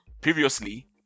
previously